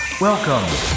Welcome